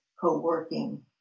co-working